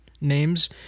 names